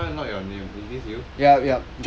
eh how come not your name is this you